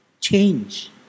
Change